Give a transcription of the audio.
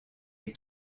des